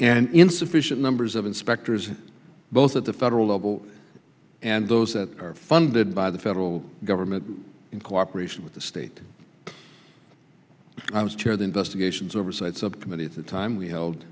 and insufficient numbers of inspectors both at the federal level and those that are funded by the federal government in cooperation with the state i was chair the